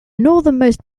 northernmost